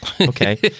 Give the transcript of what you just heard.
Okay